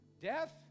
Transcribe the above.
death